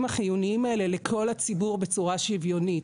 החיוניים האלה לכל הציבור בצורה שוויונית,